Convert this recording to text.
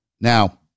Now